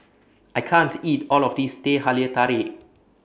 I can't eat All of This Teh Halia Tarik